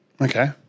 Okay